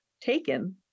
taken